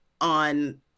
on